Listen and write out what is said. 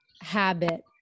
Habit